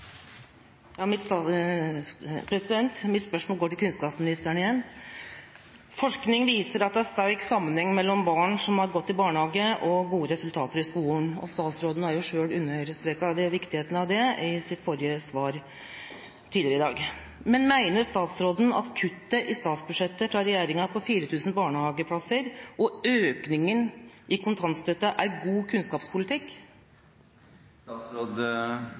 Mitt spørsmål går til kunnskapsministeren igjen. Forskning viser at det er sterk sammenheng mellom barn som har gått i barnehage, og gode resultater i skolen. Statsråden har selv understreket viktigheten av det i sitt svar tidligere i dag. Men mener statsråden at kuttet i statsbudsjettet fra regjeringen på 4 000 barnehageplasser og økningen i kontantstøtten er god kunnskapspolitikk?